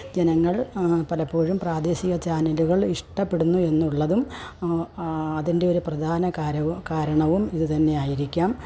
ജനങ്ങൾ പലപ്പോഴും പ്രാദേശിക ചാനലുകൾ ഇഷ്ടപ്പെടുന്നു എന്നുള്ളതും അതിൻ്റെ ഒരു പ്രധാന കാരവോ കാരണവും ഇത് തന്നെയായിരിക്കാം